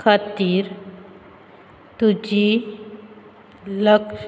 खातीर तुजी लस